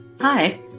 Hi